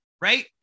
right